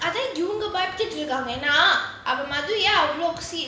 இவங்க படுத்துட்டுருக்காங்க அது என்னனா: ivanga paduthutrukanga athu ennana madhu ஏன் அவ்ளோ:yaen avlo busy